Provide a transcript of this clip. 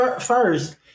first